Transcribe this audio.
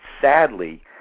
sadly